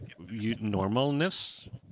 normalness